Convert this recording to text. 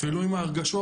ולא עם ההרגשות.